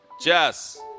Jess